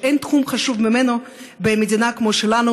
תחום שאין חשוב ממנו במדינה כמו שלנו,